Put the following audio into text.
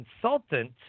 consultant